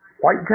White